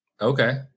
Okay